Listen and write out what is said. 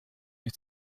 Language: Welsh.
wyt